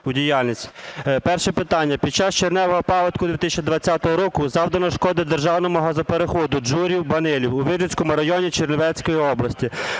у діяльність. Перше питання. Під час червневого паводку 2020 року завдано шкоди державному газопереходу "Джурів-Банилів" у Вижницькому районі Чернівецької області.